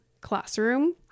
classroom